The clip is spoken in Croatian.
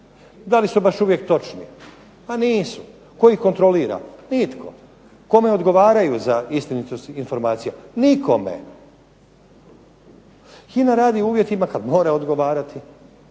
Da li uvijek baš točni? Pa nisu. Tko ih kontrolira? Nitko. Kome odgovaraju za istinitost informacija? Nikome. HINA radi u uvjetima kada mora odgovarati